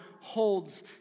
holds